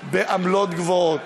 בעמלות גבוהות,